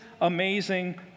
amazing